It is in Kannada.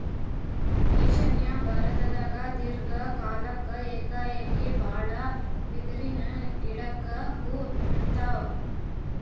ಈಶಾನ್ಯ ಭಾರತ್ದಾಗ್ ದೀರ್ಘ ಕಾಲ್ಕ್ ಏಕಾಏಕಿ ಭಾಳ್ ಬಿದಿರಿನ್ ಗಿಡಕ್ ಹೂವಾ ಬಿಡ್ತಾವ್